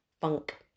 funk